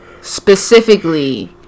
specifically